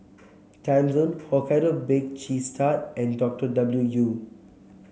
Timezone Hokkaido Baked Cheese Tart and Doctor W U